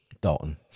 Dalton